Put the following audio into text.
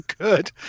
good